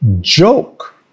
joke